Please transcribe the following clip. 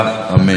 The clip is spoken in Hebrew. תודה, אדוני.